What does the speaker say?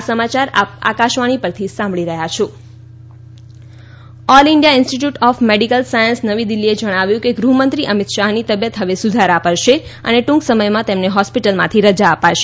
Amit Shah all India institute of medical science નવી દિલ્હીએ જણાવ્યું છે કે ગૃહમંત્રી અમિત શાહની તબિયત હવે સુધારા પર છે અને ટૂંક સમયમાં તેમને હોસ્પિટલમાંથી રજા અપાશે